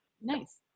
Nice